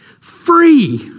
free